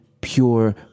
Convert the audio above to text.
pure